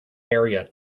area